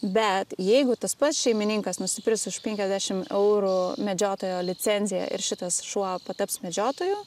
bet jeigu tas pats šeimininkas nusipirks už penkiasdešim eurų medžiotojo licenciją ir šitas šuo taps medžiotoju